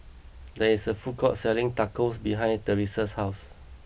there is a food court selling Tacos behind Teressa's house